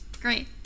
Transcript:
Great